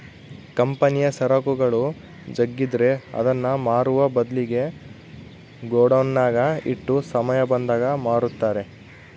ಕಂಪನಿಯ ಸರಕುಗಳು ಜಗ್ಗಿದ್ರೆ ಅದನ್ನ ಮಾರುವ ಬದ್ಲಿಗೆ ಗೋಡೌನ್ನಗ ಇಟ್ಟು ಸಮಯ ಬಂದಾಗ ಮಾರುತ್ತಾರೆ